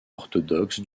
orthodoxe